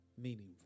meaningful